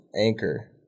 Anchor